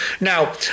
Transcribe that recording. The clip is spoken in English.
Now